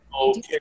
Okay